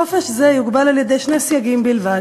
חופש זה יוגבל על-ידי שני סייגים בלבד.